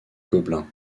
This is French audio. gobelins